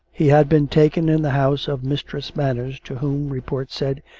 he had been taken in the house of mistress manners, to whom, report said,